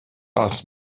ask